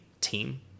team